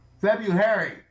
February